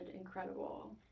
incredible